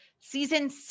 Season